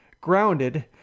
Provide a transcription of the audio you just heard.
grounded